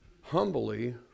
humbly